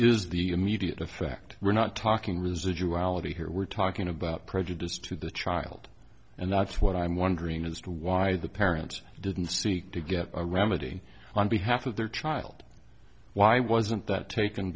is the immediate effect we're not talking residual ality here we're talking about prejudice to the child and that's what i'm wondering as to why the parents didn't seek to get a remedy on behalf of their child why wasn't that taken